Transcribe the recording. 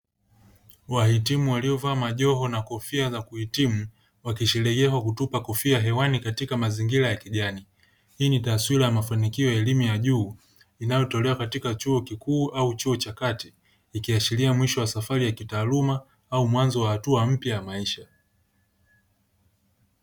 Wahitimu waliovaa majoho na kofia za kuhitimu wakisherehekea kwa kutupa kofia hewani katika mazingira ya kijani hii ni taswira ya mafanikio ya elimu ya juu inayotolewa katika chuo kikuuu au chuo cha kati ikiashiria mwisho wa safari ya kitaaluma au mwanzo wa hatua mpya ya maisha.